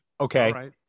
Okay